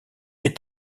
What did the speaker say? est